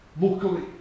Locally